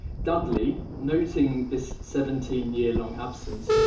dudley, noting this seventeen year long absence,